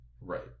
Right